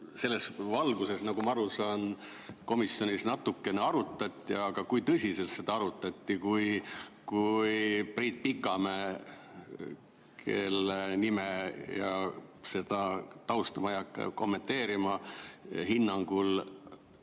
Selles valguses, nagu ma aru saan, seda komisjonis natukene arutati, aga kui tõsiselt arutati, kui Priit Pikamäe, kelle nime ja tausta ma ei hakka kommenteerima, hinnangul